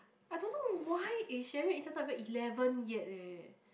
I don't know why not even eleven yet leh